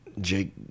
jake